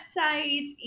website